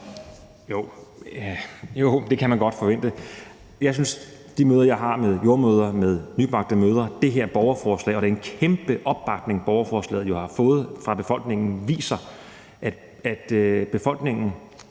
Jo, det kan man godt forvente. Jeg synes, at de møder, jeg har med jordemødre og nybagte mødre, og det her borgerforslag og den kæmpe opbakning, borgerforslaget jo har fået fra befolkningen, viser, at dem, der